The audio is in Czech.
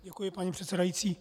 Děkuji, paní předsedající.